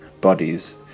bodies